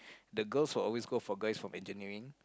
the girls will always go for guys from engineering